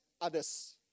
others